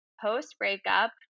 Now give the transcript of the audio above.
post-breakup